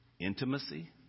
intimacy